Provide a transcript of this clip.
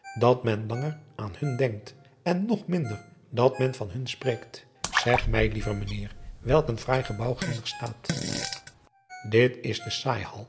dat men langer aan hun denkt en nog minder dat men van hun spreekt eg mij liever ijnheer welk een fraai gebouw ginder staat it is de